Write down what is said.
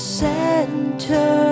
center